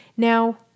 Now